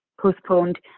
postponed